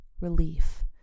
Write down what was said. relief